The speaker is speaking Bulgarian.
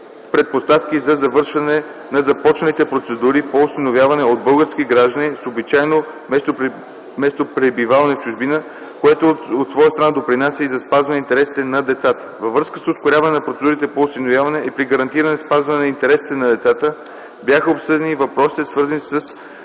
предпоставки за завършване на започналите процедури по осиновяване от български граждани с обичайно местопребиваване в чужбина, което от своя страна допринася и за спазване на интересите на децата. Във връзка с ускоряване на процедурите по осиновяване и при гарантиране спазване интересите на децата бяха обсъдени и въпросите, свързани с